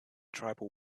tribal